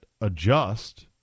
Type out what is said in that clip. adjust